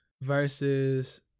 versus